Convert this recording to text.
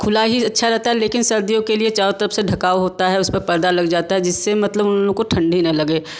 खुला ही अच्छा रहता है लेकिन सर्दियों के लिए चारों तरफ से ढका होता है उसपे पर्दा लग जाता है जिससे मतलब उन लोगों को ठंडी न लगे